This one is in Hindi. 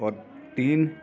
और तीन